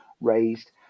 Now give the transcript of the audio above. raised